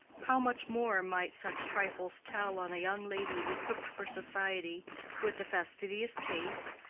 how much more might such trifles tell on a young lady equipped for society with a fastidious taste,